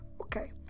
Okay